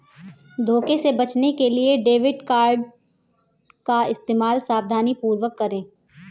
धोखे से बचने के लिए डेबिट क्रेडिट कार्ड का इस्तेमाल सावधानीपूर्वक करें